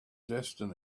destiny